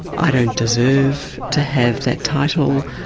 i don't deserve to have that title,